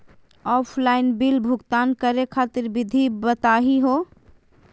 Offline bill भुगतान करे खातिर विधि बताही हो?